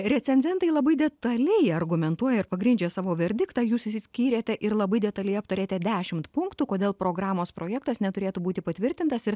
recenzentai labai detaliai argumentuoja ir pagrindžia savo verdiktą jūs išsiskyrėte ir labai detaliai aptarėte dešimt punktų kodėl programos projektas neturėtų būti patvirtintas ir